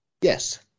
Yes